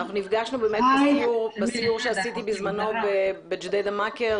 נפגשנו בסיור שעשיתי בזמנו בג'דידה מכר